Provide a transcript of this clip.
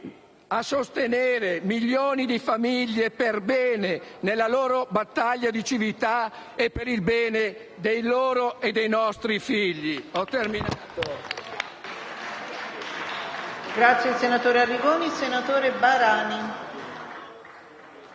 a sostenere milioni di famiglie per bene nella loro battaglia di civiltà e per il bene dei loro e dei nostri figli.